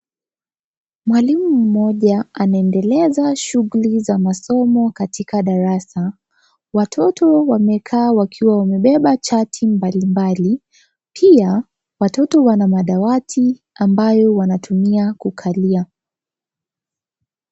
Mwalimu mmoja anaendelea shughuli za masomo katika darasa, watoto wamekaa wakiwa wamebeba chati mbalimbali pia watoto Wana madawati ambayo wanatumia kukalia.